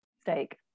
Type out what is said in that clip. steak